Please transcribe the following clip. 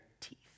teeth